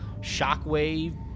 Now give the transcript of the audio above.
shockwave